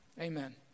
Amen